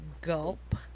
gulp